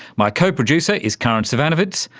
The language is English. my co-producer is karin zsivanovits.